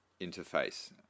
interface